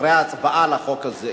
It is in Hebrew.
אחרי ההצבעה על החוק הזה,